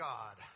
God